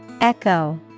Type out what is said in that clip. Echo